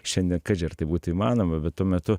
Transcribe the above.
šiandien kaži ar tai būtų įmanoma bet tuo metu